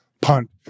punt